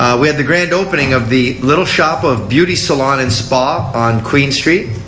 we had the grand opening of the little shop of beauty salon and spa on queens street.